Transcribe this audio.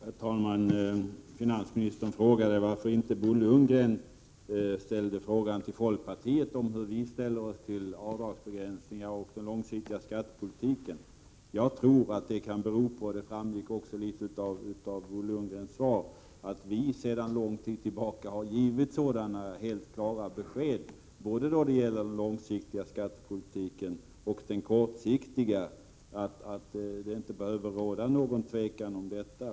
Herr talman! Finansministern undrade varför Bo Lundgren inte frågade hur vi i folkpartiet ställer oss till avdragsbegränsningar och till den långsiktiga skattepolitiken. Jag tror att anledningen till att Bo Lundgren inte har ställt den frågan till oss — det framgick också i viss mån av vad Bo Lundgren här sade — är att vi för länge sedan har givit så klara besked både om den långsiktiga och om den kortsiktiga skattepolitiken att det inte behöver råda något tvivel på den här punkten.